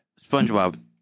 SpongeBob